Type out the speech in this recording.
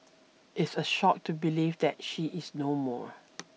it's a shock to believe that she is no more